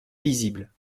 visible